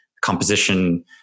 composition